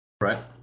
Right